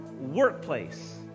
workplace